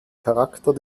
charakter